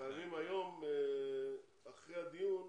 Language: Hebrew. אתם חייבים היום אחרי הדיון,